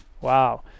Wow